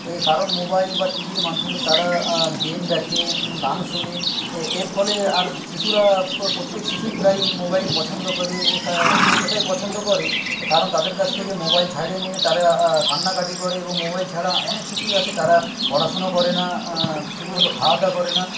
এর কারণ মোবাইল বা টিভির মাধ্যমে তারা গেম দেখে গান শোনে এরফলে আর শিশুরা প্রত্যেক শিশুই প্রায় মোবাইল পছন্দ করে এতটাই পছন্দ করে কারণ তাদের কাছ থেকে মোবাইল ছাড়িয়ে নিলে তারা কান্নাকাটি করে এবং মোবাইল ছাড়া অনেক শিশুই আছে তারা পড়াশুনো করেনা ঠিকমতো খাওয়াদাওয়া করেনা